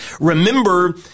Remember